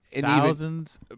Thousands